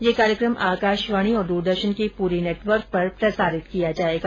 ये कार्यक्रम आकाशवाणी और दूरदर्शन के पूरे नेटवर्क पर प्रसारित किया जाएगा